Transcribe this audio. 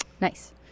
nice